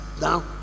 now